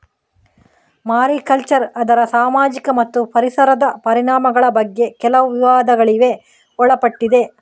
mariculture ಅದರ ಸಾಮಾಜಿಕ ಮತ್ತು ಪರಿಸರದ ಪರಿಣಾಮಗಳ ಬಗ್ಗೆ ಕೆಲವು ವಿವಾದಗಳಿಗೆ ಒಳಪಟ್ಟಿದೆ